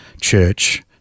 church